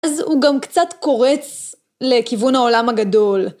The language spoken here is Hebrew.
אז הוא גם קצת קורץ לכיוון העולם הגדול.